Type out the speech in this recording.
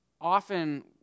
often